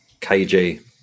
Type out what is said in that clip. KG